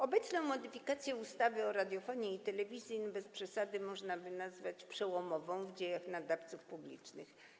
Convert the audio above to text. Obecną modyfikację ustawy o radiofonii i telewizji bez przesady można by nazwać przełomową w dziejach nadawców publicznych.